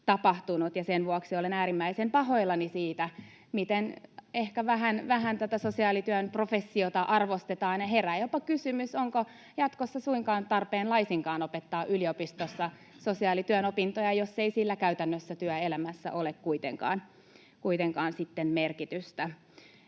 sen vuoksi olen äärimmäisen pahoillani siitä, miten ehkä vähän tätä sosiaalityön professiota arvostetaan. Herää jopa kysymys, onko jatkossa tarpeen laisinkaan opettaa yliopistossa sosiaalityön opintoja, jos ei sillä käytännössä työelämässä ole kuitenkaan sitten merkitystä.